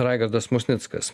raigardas musnickas